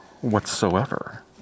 whatsoever